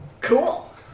Cool